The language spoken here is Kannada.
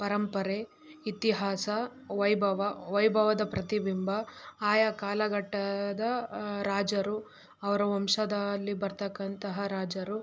ಪರಂಪರೆ ಇತಿಹಾಸ ವೈಭವ ವೈಭವದ ಪ್ರತಿಬಿಂಬ ಆಯಾ ಕಾಲಘಟ್ಟದ ರಾಜರು ಅವರ ವಂಶದಲ್ಲಿ ಬರತಕ್ಕಂತಹ ರಾಜರು